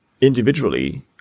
individually